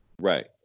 Right